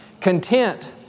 Content